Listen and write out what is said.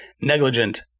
negligent